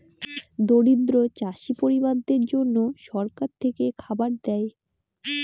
দরিদ্র চাষী পরিবারদের জন্যে সরকার থেকে খাবার দেয়